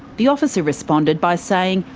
the officer responded by saying,